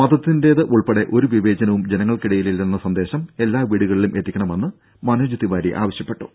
മതത്തിന്റേതുൾപ്പെടെ ഒരു വിവേചനവും ജനങ്ങൾ ക്കിടയിലില്ലെന്ന സന്ദേശം എല്ലാ വീടുകളിലും എത്തിക്കണമെന്ന് മനോജ് തിവാരി ആവശ്യപ്പെട്ടു